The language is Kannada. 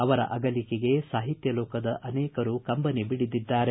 ಅವರ ಅಗಲಿಕೆಗೆ ಸಾಹಿತ್ಯಲೋಕದ ಅನೇಕರು ಕಂಬನಿ ಮಿಡಿದಿದ್ದಾರೆ